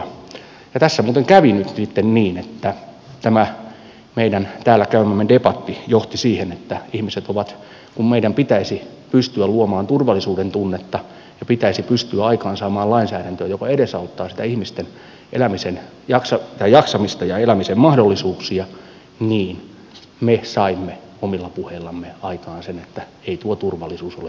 tässä muuten kävi nyt sitten niin että tämä meidän täällä käymämme debatti johti siihen että kun meidän pitäisi pystyä luomaan turvallisuudentunnetta ja pitäisi pystyä aikaansaamaan lainsäädäntöä joka edesauttaa ihmisten jaksamista ja elämisen mahdollisuuksia niin me saimme omilla puheillamme aikaan sen että ei tuo turvallisuus ole juuri lisääntynyt